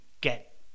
get